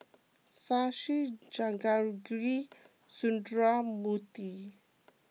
Shashi Jehangirr Sundramoorthy